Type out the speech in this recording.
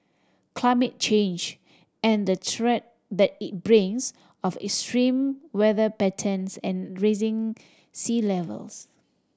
climate change and the threat that it brings of extreme weather patterns and rising sea levels